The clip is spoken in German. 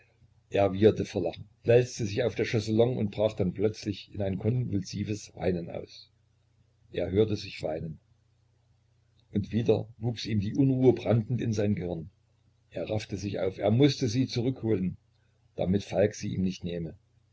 er wieherte vor lachen wälzte sich auf der chaiselongue und brach dann plötzlich in ein konvulsives weinen aus er hörte sich weinen und wieder wuchs ihm die unruhe brandend in sein gehirn er raffte sich auf er mußte sie zurückholen damit falk sie ihm nicht nehme